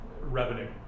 revenue